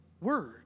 Word